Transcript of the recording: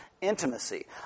intimacy